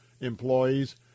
employees